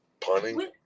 punny